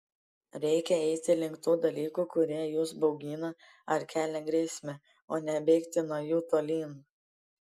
reikia eiti link tų dalykų kurie jus baugina ar kelia grėsmę o ne bėgti nuo jų tolyn